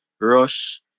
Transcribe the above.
rush